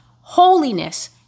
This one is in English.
holiness